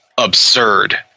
Absurd